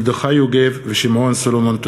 מרדכי יוגב ושמעון סולומון.